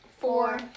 Four